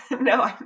No